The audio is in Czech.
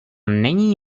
není